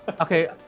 Okay